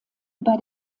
bei